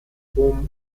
chrom